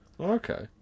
Okay